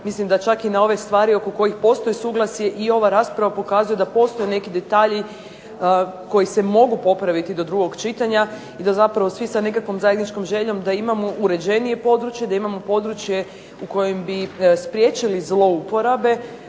Mislim da čak i na ove stvari oko kojih postoji suglasje i ova rasprava pokazuje da postoje neki detalji koji se mogu popraviti do drugog čitanja i da zapravo svi sa nekakvom zajedničkom željom da imamo uređenije područje, da imamo područje u kojem bi spriječili zlouporabe